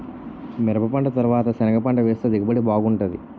మిరపపంట తరవాత సెనగపంట వేస్తె దిగుబడి బాగుంటాది